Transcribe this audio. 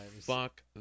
fuck